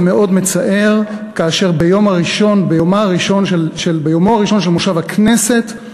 זה מאוד מצער שביומו הראשון של מושב הכנסת,